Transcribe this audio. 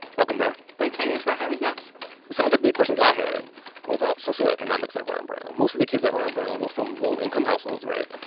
welcome back thanks, gene thanks for having us some of the big questions i had were about socioeconomics at ron brown. most of the kids at ron brown were from low-income households, right?